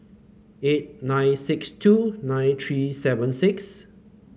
eight nine six two nine three seven six